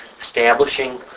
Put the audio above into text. establishing